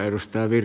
kiitoksia